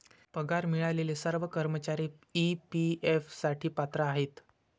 पगार मिळालेले सर्व कर्मचारी ई.पी.एफ साठी पात्र आहेत